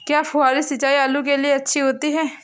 क्या फुहारी सिंचाई आलू के लिए अच्छी होती है?